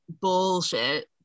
bullshit